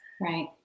Right